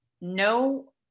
no